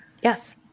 Yes